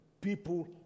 people